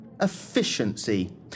Efficiency